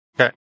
Okay